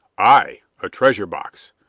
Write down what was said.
aye, a treasure box!